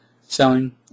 selling